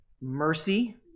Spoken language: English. Mercy